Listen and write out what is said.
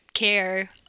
care